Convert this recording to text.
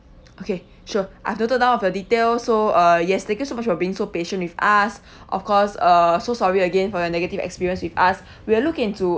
okay sure I've noted down all of your details so uh yes thank so much for being so patient with us of course uh so sorry again for your negative experience with us we'll looking into